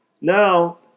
Now